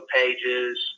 pages